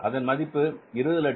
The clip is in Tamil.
அதன் மதிப்பு 2015625